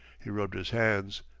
he rubbed his hands,